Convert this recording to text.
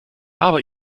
aber